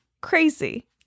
Crazy